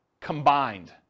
combined